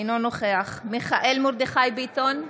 אינו נוכח מיכאל מרדכי ביטון,